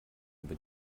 über